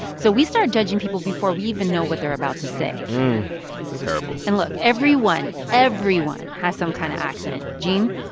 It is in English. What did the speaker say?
so we start judging people before we even know what they're about to say terrible and look. everyone everyone has some kind of accent. gene,